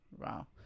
Wow